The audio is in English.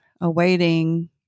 awaiting